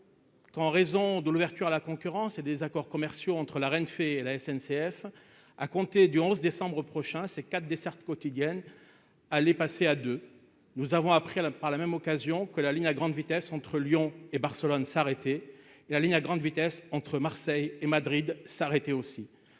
Qu'en raison de l'ouverture à la concurrence et des accords commerciaux entre la reine fait la SNCF à compter du 11 décembre prochain c'est 4 dessertes quotidiennes à passer à 2 nous avons appris par la même occasion que la ligne à grande vitesse entre Lyon et Barcelone s'arrêter et la ligne à grande vitesse entre Marseille et Madrid s'arrêter aussi,